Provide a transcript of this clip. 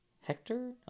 Hector